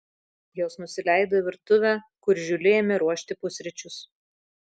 jos nusileido į virtuvę kur žiuli ėmė ruošti pusryčius